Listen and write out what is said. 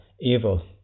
evil